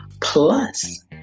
Plus